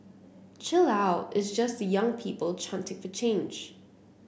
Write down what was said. chill out it's just the young people chanting for change